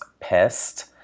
pissed